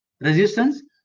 resistance